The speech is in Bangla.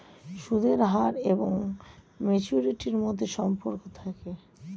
সুদের হার এবং ম্যাচুরিটির মধ্যে সম্পর্ক থাকে